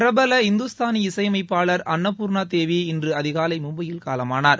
பிரபல இந்துஸ்தானி இசையமைப்பாளர் அன்னபூர்ண தேவி இன்று அதிகாலை மும்பையில் காலமனார்